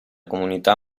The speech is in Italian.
comunità